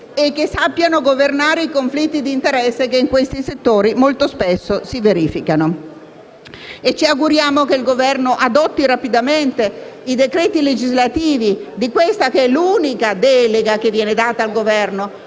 e che si sappiano governare i conflitti di interesse che in questi settori molto spesso si verificano. Ci auguriamo che il Governo adotti rapidamente i decreti legislativi attuativi di questa che è l'unica delega che viene data al Governo.